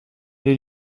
des